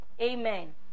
Amen